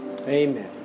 Amen